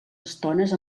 estones